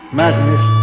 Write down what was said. madness